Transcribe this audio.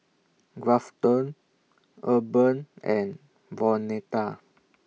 Grafton Urban and Vonetta